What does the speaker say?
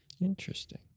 Interesting